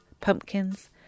Pumpkins